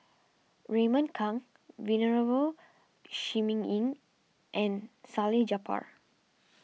Raymond Kang Venerable Shi Ming Yi and Salleh Japar